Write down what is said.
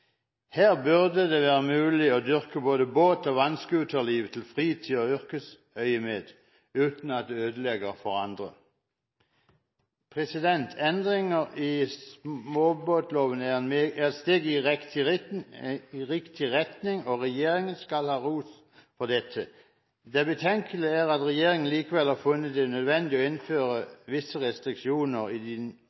Her burde det være mulig å dyrke både båt- og vannscooterlivet til fritid og i yrkesøyemed, uten at det ødelegger for andre. Endringer i småbåtloven er et steg i riktig retning, og regjeringen skal ha ros for dette. Det betenkelige er at regjeringen likevel har funnet det nødvendig å innføre visse restriksjoner i